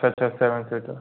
अच्छा अच्छा seven seater